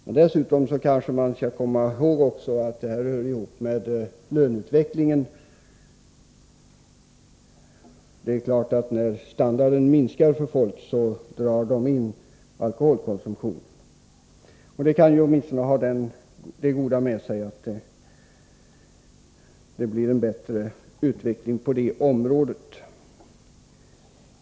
Man skall kanske komma ihåg att detta också hör ihop med löneutvecklingen. Det är klart att när folks standard försämras drar de in på alkoholkonsumtionen. Den sämre standarden kan åtminstone ha det goda med sig att det blir en bättre utveckling på alkoholområdet.